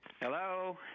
Hello